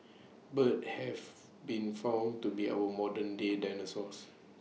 birds have been found to be our modern day dinosaurs